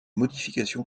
modifications